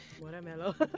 watermelon